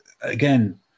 again